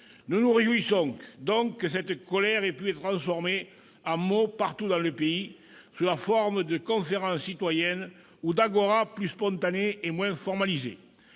Nous nous réjouissons donc que cette colère ait pu être transformée en mots partout dans le pays, sous la forme de conférences citoyennes ou d'agoras plus spontanées et moins formalisées.